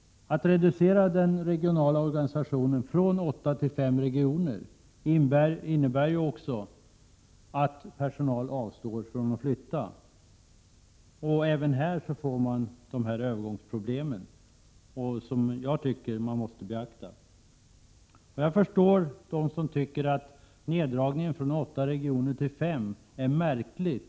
Att reducera den regionala organisationen från åtta till fem regioner medför också att personal avstår från att flytta. Även här får man övergångsproblem som måste beaktas. Jag förstår dem som tycker att neddragningen från åtta regioner till fem är märklig.